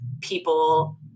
people